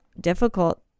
difficult